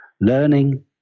Learning